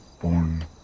Born